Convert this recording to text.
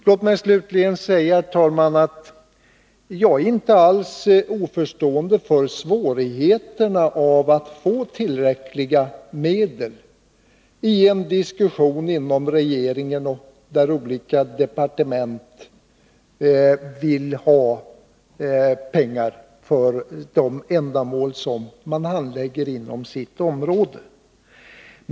Låt mig slutligen säga, herr talman, att jag inte alls ställer mig oförstående till regeringens svårigheter när det gäller att i diskussionerna med de olika departementen få fram tillräckliga medel, då ju varje departement vill ha de pengar som behövs för att tillgodose olika ändamål inom departementets speciella område.